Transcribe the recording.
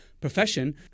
profession